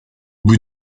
bout